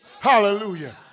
Hallelujah